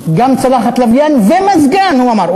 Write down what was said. גם צלחת לוויין ומזגן, הוא אמר.